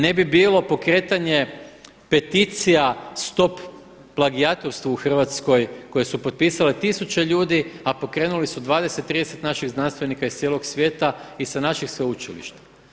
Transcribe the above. Ne bi bilo pokretanje peticija stop plagijatorstvu u Hrvatskoj koje su potpisale tisuće ljudi a pokrenuli su 20, 30 naših znanstvenika iz cijelog svijeta i sa naših sveučilišta.